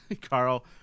Carl